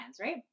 right